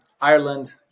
Ireland